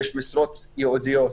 יש משרות ייעודיות.